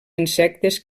insectes